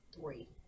Three